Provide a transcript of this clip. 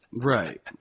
Right